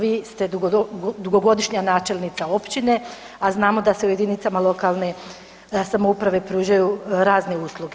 Vi ste dugogodišnja načelnica općine, a znamo da se u jedinicama lokalne samouprave pružaju razne usluge.